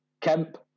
Kemp